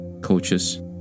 coaches